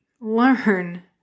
learn